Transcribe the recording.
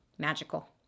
Magical